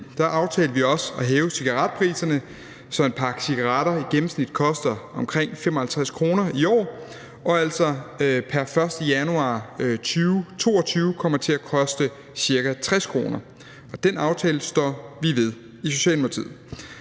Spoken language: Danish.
aftalte vi også at hæve cigaretpriserne, så en pakke cigaretter i gennemsnit koster omkring 55 kr. i år og altså pr. 1. januar 2022 kommer til at koste ca. 60 kr., og den aftale står vi ved i Socialdemokratiet.